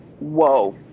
whoa